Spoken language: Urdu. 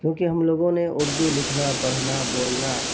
کیونکہ ہم لوگوں نے اردو لکھنا پڑھنا بولنا